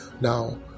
Now